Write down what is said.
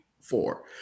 four